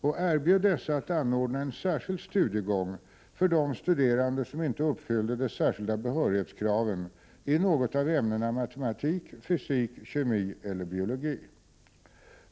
och erbjöd dessa att anordna en särskild studiegång för de studerande som inte uppfyllde de särskilda behörighetskraven i något av ämnena matematik, fysik, kemi eller biologi.